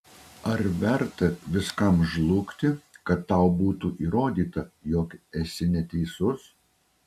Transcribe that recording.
ar verta viskam žlugti kad tau būtų įrodyta jog esi neteisus